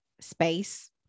Space